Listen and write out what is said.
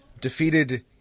defeated